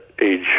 age